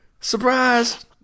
Surprise